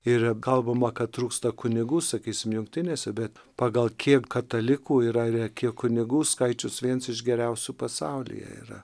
ir kalbama kad trūksta kunigų sakysim jungtinėse bet pagal kiek katalikų yra kiek kunigų skaičius viens iš geriausių pasaulyje yra